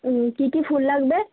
কী কী ফুল লাগবে